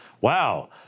Wow